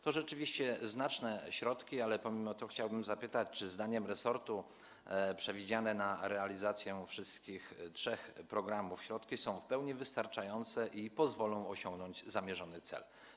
To rzeczywiście znacznie środki, ale pomimo to chciałbym zapytać: Czy zdaniem resortu przewidziane na realizację wszystkich trzech programów środki są w pełni wystarczające i pozwolą osiągnąć zamierzony cel?